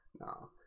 No